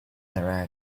their